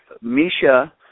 Misha